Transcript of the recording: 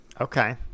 Okay